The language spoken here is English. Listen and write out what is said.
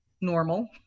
normal